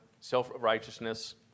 self-righteousness